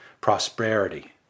prosperity